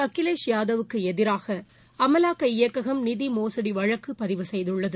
அகிலேஷ் யாதவுக்கு எதிராக அமலாக்க இயக்ககம் நிதி மோசடி வழக்கு பதிவு செய்துள்ளது